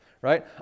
right